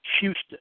Houston